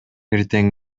эртең